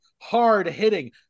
hard-hitting